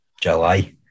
July